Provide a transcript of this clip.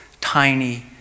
tiny